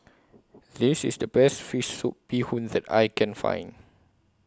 This IS The Best Fish Soup Bee Hoon that I Can Find